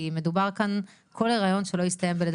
כי מדובר כאן על כל היריון שהסתיים ללא